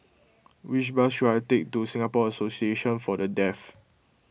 which bus should I take to Singapore Association for the Deaf